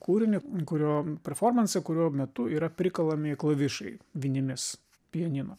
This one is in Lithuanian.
kūrinį kurio performansą kurio metu yra prikalami klavišai vinimis pianino